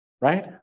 Right